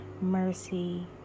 mercy